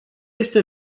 este